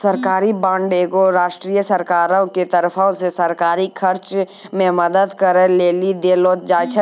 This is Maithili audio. सरकारी बांड एगो राष्ट्रीय सरकारो के तरफो से सरकारी खर्च मे मदद करै लेली देलो जाय छै